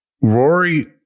Rory